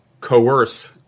coerce